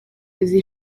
izi